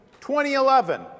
2011